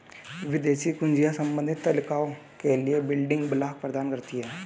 विदेशी कुंजियाँ संबंधित तालिकाओं के लिए बिल्डिंग ब्लॉक प्रदान करती हैं